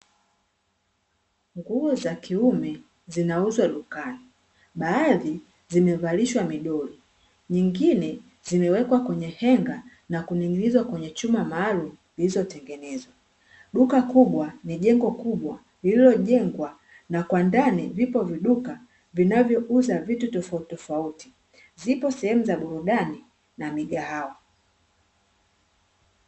Nguo za kiume zinauzwa dukani, baadhi zimevalishwa midoli, nyingine zimewekwa kwenye henga na kuning'inizwa kwenye chuma maalumu zilizotengenezwa. Duka kubwa ni jengo kubwa lililojengwa, na kwa ndani vipo viduka vinavyouza vitu tofauti tofauti. Zipo sehemu za burudani na migahawa.